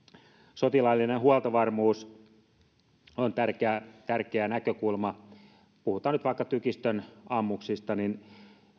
sotilaallinen huoltovarmuus on tärkeä tärkeä näkökulma jos puhutaan nyt vaikka tykistön ammuksista niin